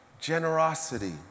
Generosity